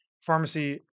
pharmacy